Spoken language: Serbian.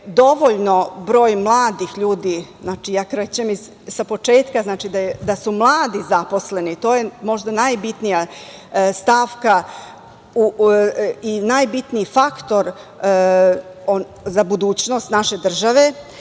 dovoljno broj mladih ljudi, znači, ja krećem sa početka, znači da su mladi zaposleni, to je možda najbitnija stavka i najbitniji faktor za budućnost naše države,